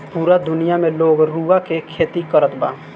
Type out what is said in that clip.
पूरा दुनिया में लोग रुआ के खेती करत बा